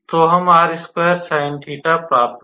तो हम प्राप्त करेंगे